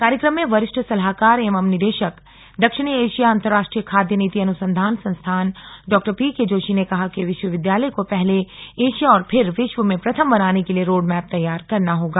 कार्यक्रम में वरिष्ठ सलाहकार एवं निदेशक दक्षिणी एशिया अंतरराष्ट्रीय खाद्य नीति अनुसंधान संस्थान डॉ पीके जोशी ने कहा कि विश्वविद्यालय को पहले एशिया और फिर विश्व में प्रथम बनाने के लिए रोडमैप तैयार करना होगा